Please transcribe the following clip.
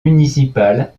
municipal